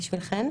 בשבילכן.